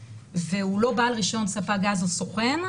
והוא לא בעל רישיון ספק גז או סוכן,